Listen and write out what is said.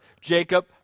Jacob